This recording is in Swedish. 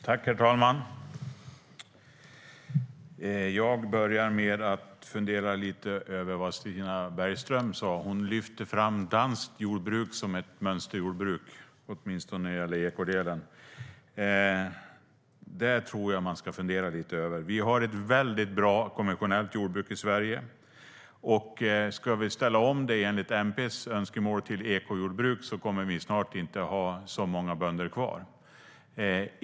Herr talman! Jag börjar med att fundera lite över vad Stina Bergström sa. Hon lyfte fram danskt jordbruk som ett mönsterjordbruk, åtminstone när det gäller ekodelen. Det tror jag att man ska fundera lite över. Vi har ett mycket bra konventionellt jordbruk i Sverige. Om vi ska ställa om det enligt MP:s önskemål till ett ekojordbruk kommer vi snart inte att ha så många bönder kvar.